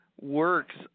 works